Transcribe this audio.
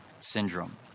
Syndrome